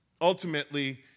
Ultimately